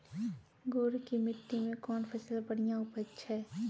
गुड़ की मिट्टी मैं कौन फसल बढ़िया उपज छ?